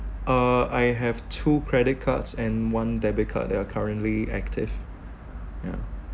uh I have two credit cards and one debit card that are currently active ya